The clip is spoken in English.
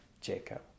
Jacob